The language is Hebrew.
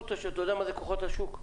אתה יודע מה זה כוחות השוק?